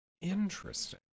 Interesting